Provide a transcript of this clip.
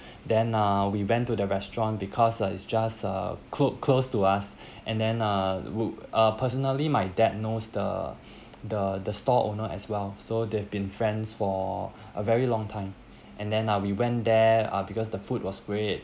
then uh we went to the restaurant because uh it's just uh clo~ close to us and then uh we~ uh personally my dad knows the the the stall owner as well so they've been friends for a very long time and then uh we went there uh because the food was great